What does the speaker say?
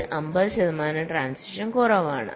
ഇത് 50 ശതമാനം ട്രാന്സിഷൻ കുറവാണ്